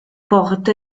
porte